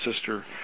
sister